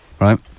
right